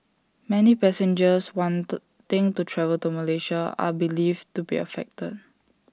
many passengers wanting to travel to Malaysia are believed to be affected